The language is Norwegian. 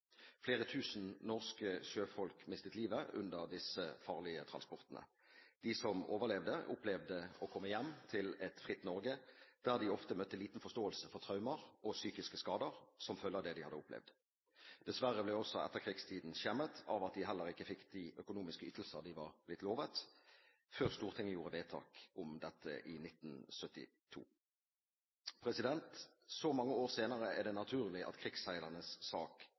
Flere tusen norske sjøfolk mistet livet under disse farlige transportene. De som overlevde, opplevde å komme hjem til et fritt Norge der de ofte møtte liten forståelse for traumer og psykiske skader som følge av det de hadde opplevd. Dessverre ble også etterkrigstiden skjemmet av at de heller ikke fikk de økonomiske ytelser de var blitt lovet før Stortinget gjorde vedtak om dette i 1972. Så mange år senere er det naturlig at krigsseilernes sak